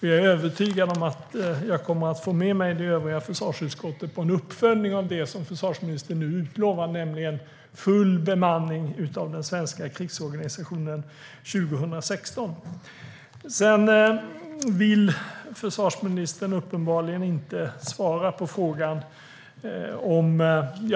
Jag är övertygad om att jag kommer att få med mig det övriga försvarsutskottet på en uppföljning av det som försvarsministern nu utlovar, nämligen full bemanning av den svenska krigsorganisationen 2016. Försvarsministern vill uppenbarligen inte svara på en fråga.